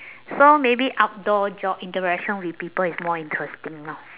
so maybe outdoor job interaction with people is more interesting lor